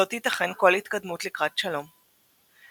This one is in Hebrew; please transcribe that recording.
לא תיתכן כל התקדמות לקראת שלום”.